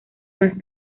más